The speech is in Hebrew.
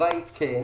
התשובה היא כן.